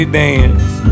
dance